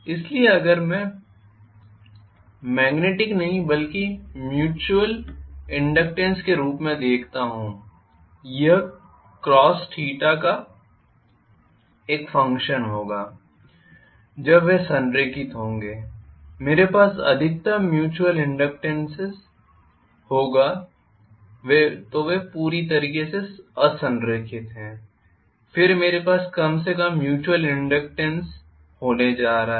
इसलिए अगर मैं मेग्नेटिक नहीं बल्कि म्यूच्युयल इनडक्टेन्स के रूप में देखता हूं यह कॉस थीटा का एक फंक्शन होगा जब वे संरेखित होंगे मेरे पास अधिकतम होगा म्यूच्युयल इनडक्टेन्स होगा तो वे पूरी तरह से असंरेखित हैं फिर मेरे पास कम से कम म्यूच्युयल इनडक्टेन्स होने जा रहा है